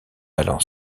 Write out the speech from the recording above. allant